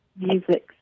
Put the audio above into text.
music